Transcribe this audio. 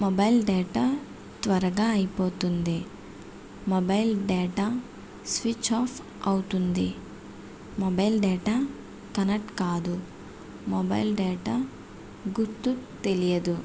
mobile data త్వరగా అయిపోతుంది mobile data switch off అవుతుంది మొబైల్ డేటా కనెక్ట్ కాదు మొబైల్ డేటా గుర్తు తెలియదు